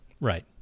right